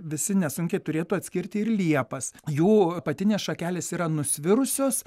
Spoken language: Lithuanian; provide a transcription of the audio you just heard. visi nesunkiai turėtų atskirti ir liepas jų apatinės šakelės yra nusvirusios